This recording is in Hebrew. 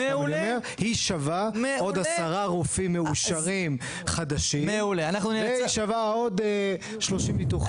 היא שווה עוד עשרה רופאים מאושרים חדשים והיא שווה עוד 30 ניתוחים.